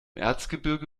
erzgebirge